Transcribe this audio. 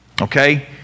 Okay